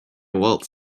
waltz